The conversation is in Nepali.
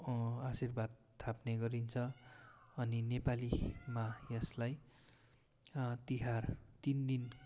आशीर्वाद थाप्ने गरिन्छ अनि नेपालीमा यसलाई तिहार तिन दिन